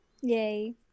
Yay